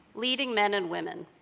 leading men and women.